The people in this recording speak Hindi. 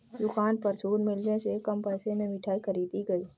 दुकान पर छूट मिलने से कम पैसे में मिठाई खरीदी गई